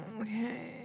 Okay